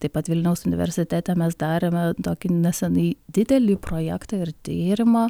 taip pat vilniaus universitete mes darėme tokį nesenai didelį projektą ir tyrimą